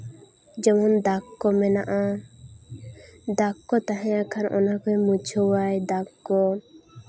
ᱡᱮᱢᱚᱱ ᱫᱟᱜ ᱠᱚ ᱢᱮᱱᱟᱜᱼᱟ ᱫᱟᱜ ᱠᱚ ᱛᱟᱦᱮᱸ ᱞᱮᱱᱠᱷᱟᱱ ᱚᱱᱟᱠᱚᱭ ᱢᱩᱪᱷᱟᱹᱣ ᱟᱭ ᱫᱟᱜ ᱠᱚ